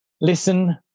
listen